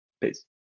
Peace